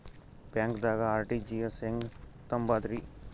ಬ್ಯಾಂಕ್ದಾಗ ಆರ್.ಟಿ.ಜಿ.ಎಸ್ ಹೆಂಗ್ ತುಂಬಧ್ರಿ?